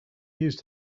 used